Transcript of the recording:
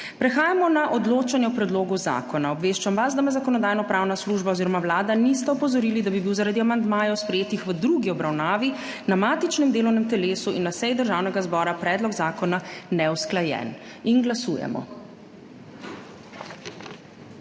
Prehajamo na odločanje o predlogu zakona. Obveščam vas, da me Zakonodajno-pravna služba oziroma Vlada nista opozorili, da bi bil zaradi amandmajev sprejetih v drugi obravnavi na matičnem delovnem telesu in na seji Državnega zbora predlog zakona neusklajen. Glasujemo.